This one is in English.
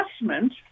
investment